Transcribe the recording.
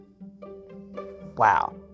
Wow